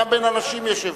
גם בין אנשים יש הבדלים.